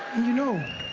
you know,